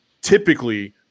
typically